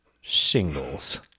shingles